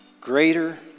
greater